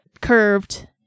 curved